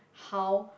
how